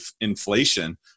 inflation